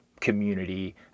community